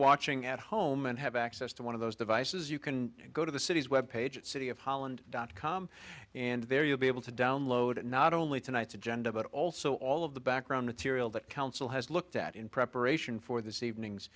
watching at home and have access to one of those devices you can go to the cities web page at city of holland dot com and there you'll be able to download it not only tonight's agenda but also all of the background material that council has looked at in preparation for this evening